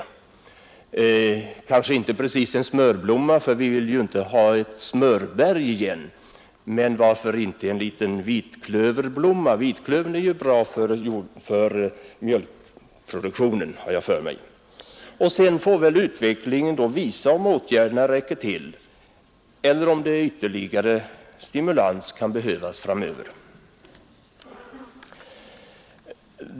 Det skall kanske inte vara en smörblomma, eftersom vi ju inte vill ha ett smörberg igen, men varför inte en liten vitklöverblomma — vitklövern lär ju vara bra för mjölkproduktionen. Sedan får väl utvecklingen visa om åtgärderna räcker till eller om ytterligare stimulans kan behövas framöver.